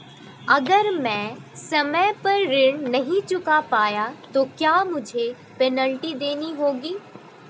अगर मैं समय पर ऋण नहीं चुका पाया तो क्या मुझे पेनल्टी देनी होगी?